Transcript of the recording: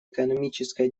экономическая